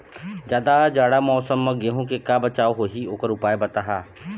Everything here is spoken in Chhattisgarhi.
जादा जाड़ा मौसम म गेहूं के का बचाव होही ओकर उपाय बताहा?